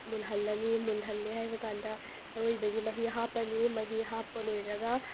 ꯃꯨꯜꯍꯜꯂꯅꯤ ꯃꯨꯜꯍꯜꯂꯦ ꯍꯥꯏꯕ ꯀꯥꯟꯗ ꯑꯔꯣꯏꯕꯒꯤ ꯃꯍꯤ ꯍꯥꯞꯄꯅꯤ ꯃꯍꯤ ꯍꯥꯞꯄ ꯂꯣꯏꯔꯒ